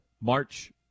March